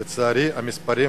לצערי, המספרים